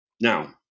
Now